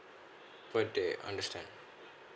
per day understand